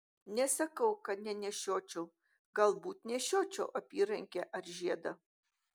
nesakau kad nenešiočiau galbūt nešiočiau apyrankę ar žiedą